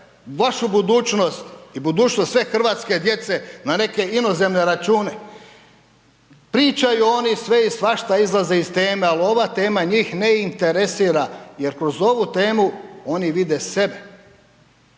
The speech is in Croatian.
vašu budućnost i budućnost sve hrvatske djece na neke inozemne račune. Pričaju oni sve i svašta, izlaze iz teme ali ova tema njih ne interesira jer kroz ovu temu, oni vide sebe.